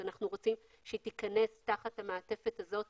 אנחנו רוצים שהיא תיכנס תחת המעטפת הזאת.